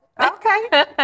okay